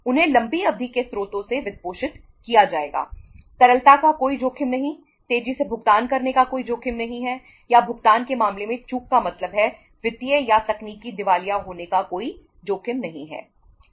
उन्हें लंबी अवधि के स्रोतों से वित्त पोषित किया जाएगा तरलता का कोई जोखिम नहीं तेजी से भुगतान करने का कोई जोखिम नहीं है या भुगतान के मामले में चूक का मतलब है वित्तीय या तकनीकी दिवालिया होने का कोई जोखिम नहीं है